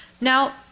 Now